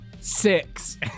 Six